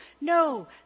no